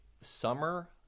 summer